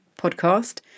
podcast